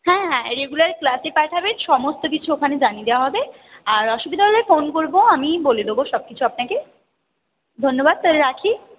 হ্যাঁ হ্যাঁ রেগুলার ক্লাসে পাঠাবেন সমস্ত কিছু ওখানে জানিয়ে দেওয়া হবে আর অসুবিধা হলে ফোন করব আমিই বলে দেবো সবকিছু আপনাকে ধন্যবাদ তাহলে রাখি